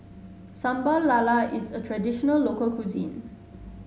Sambal Lala is a traditional local cuisine